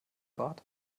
bart